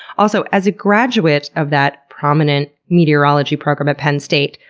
also, as a graduate of that prominent meteorology program at penn state,